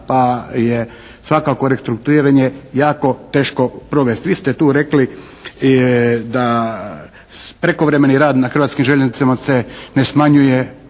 pa je svakako restrukturiranje jako teško provesti. Vi ste tu rekli da prekovremeni rad na Hrvatskim željeznicama se ne smanjuje,